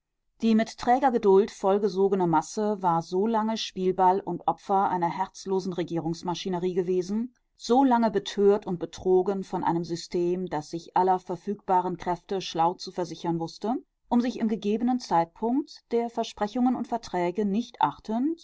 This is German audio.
die mit träger geduld vollgesogene masse war solange spielball und opfer einer herzlosen regierungsmaschinerie gewesen solange betört und betrogen von einem system das sich aller verfügbaren kräfte schlau zu versichern wußte um sich im gegebenen zeitpunkt der versprechungen und verträge nicht achtend